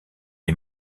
est